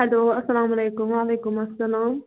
hello السلام علیکُم وعلیکُم السلام